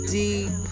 deep